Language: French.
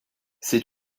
c’est